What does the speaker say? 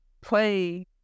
Play